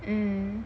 mm